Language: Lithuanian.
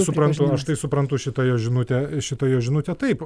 suprantu aš tai suprantu šitą jo žinutę ir šitą jo žinutę taip